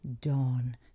Dawn